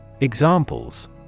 Examples